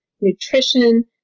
nutrition